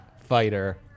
Fighter